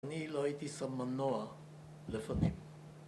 אני לא הייתי שם מנוע לפנים